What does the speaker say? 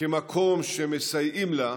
מקום שבו מסייעים לה,